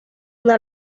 una